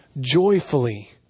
joyfully